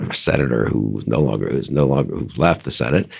ah senator, who no longer is no longer left the senate,